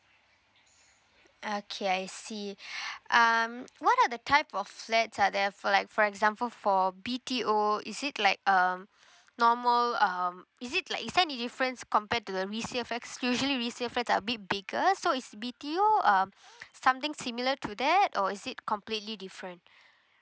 okay I see um what are the type of flats are there for like for example for B_T_O is it like um normal um is it like is there any difference compared to the resale flats usually resale flats are a bit bigger so is B_T_O uh something similar to that or is it completely different